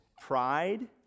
pride